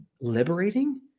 liberating